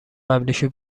قبلیشو